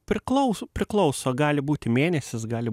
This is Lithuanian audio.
priklauso priklauso gali būti mėnesis gali